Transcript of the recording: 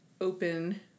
open